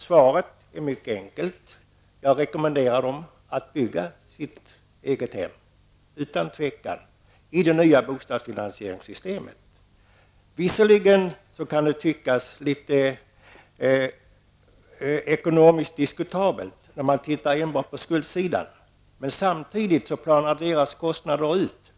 Svaret är mycket enkelt: Utan tvekan rekommenderar jag dessa ungdomar att bygga ett eget hem med det nya bostadsfinansieringssystemet. Visserligen kan det förefalla något diskutabelt ekonomiskt sett, om man enbart ser till skuldsidan. Men samtidigt planas deras kostnader ut.